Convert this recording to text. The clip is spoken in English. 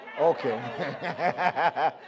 Okay